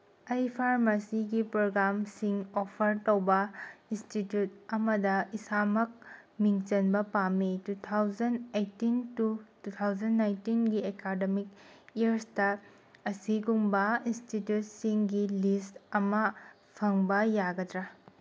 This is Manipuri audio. ꯑꯩ ꯐꯥꯔꯃꯁꯤꯒꯤ ꯄ꯭ꯔꯣꯒ꯭ꯔꯥꯝꯁꯤꯡ ꯑꯣꯐꯔ ꯇꯧꯕ ꯏꯟꯁꯇꯤꯇ꯭ꯋꯨꯠ ꯑꯃꯗ ꯏꯁꯥꯃꯛ ꯃꯤꯡ ꯆꯟꯕ ꯄꯥꯝꯃꯤ two thousand eighteen to two thousand ꯅꯥꯏꯟꯇꯤꯟꯒꯤ ꯑꯦꯀꯥꯗꯃꯤꯛ ꯏꯌꯔꯁꯇ ꯑꯁꯤꯒꯨꯝꯕ ꯏꯟꯁꯇꯤꯇ꯭ꯌꯨꯠꯁꯤꯡꯒꯤ ꯂꯤꯁ ꯑꯃ ꯐꯪꯕ ꯌꯥꯒꯗ꯭ꯔꯥ